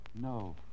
No